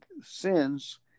sins